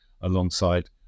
alongside